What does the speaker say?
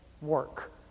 work